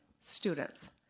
students